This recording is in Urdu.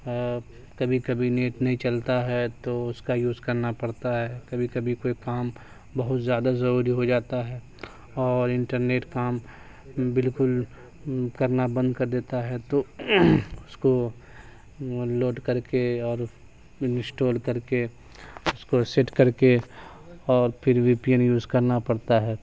کبھی کبھی نیٹ نہیں چلتا ہے تو اس کا یوز کرنا پڑتا ہے کبھی کبھی کوئی کام بہت زیادہ ضروری ہو جاتا ہے اور انٹرنیٹ کام بالکل کرنا بند کر دیتا ہے تو اس کو لوڈ کر کے اور انسٹال کر کے اس کو سیٹ کر کے اور پھر وی پی این یوز کرنا پڑتا ہے